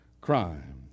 crime